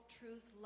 truth